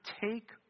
take